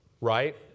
Right